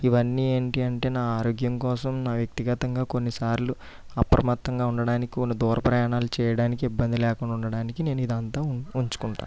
ఇవన్నీ ఏంటి అంటే నా ఆరోగ్యం కోసం నా వ్యక్తిగతంగా కొన్నిసార్లు అప్రమత్తంగా ఉండడానికి వాళ్ళు దూర ప్రయాణాలు చేయడానికి ఇబ్బంది లేకుండా ఉండడానికి నేను ఇదంతా ఉంచుకుంటాను